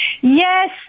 Yes